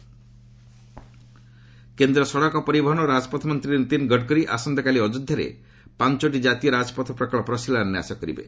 ଗଡ଼କରୀ କେନ୍ଦ୍ର ସଡ଼କ ପରିବହନ ଓ ରାଜପଥ ମନ୍ତ୍ରୀ ନୀତିନ ଗଡ଼କର ଆସନ୍ତାକାଲି ଅଯୋଧ୍ୟାରେ ପାଞ୍ଚଟି ଜାତୀୟ ରାଜପଥ ପ୍ରକ୍ସର ଶିଳାନ୍ୟାସ କରିବେ